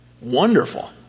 Wonderful